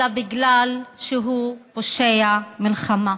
אלא כי הוא פושע מלחמה,